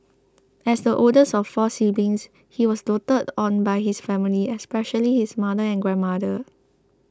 as the oldest of four siblings he was doted on by his family especially his mother and grandmother